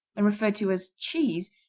and referred to as cheese,